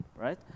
Right